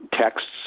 texts